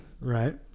right